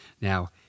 Now